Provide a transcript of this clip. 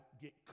get